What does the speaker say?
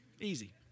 Easy